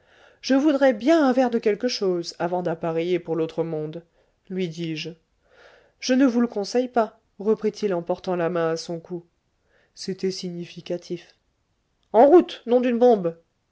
je voudrais bien un verre de quelque chose avant d'appareiller pour l'autre monde lui dis-je je ne vous le conseille pas reprît il en portant la main à son cou c'était significatif en route nom d'une bombe